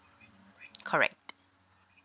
correct